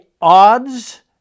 odds